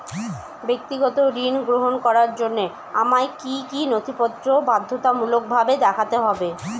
ব্যক্তিগত ঋণ গ্রহণ করার জন্য আমায় কি কী নথিপত্র বাধ্যতামূলকভাবে দেখাতে হবে?